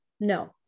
No